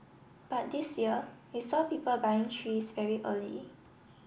but this year we saw people buying trees very early